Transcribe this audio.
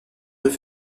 deux